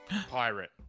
Pirate